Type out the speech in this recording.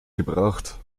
gebracht